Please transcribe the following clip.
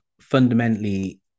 fundamentally